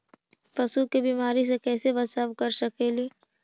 पशु के बीमारी से कैसे बचाब कर सेकेली?